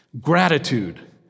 Gratitude